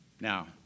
Now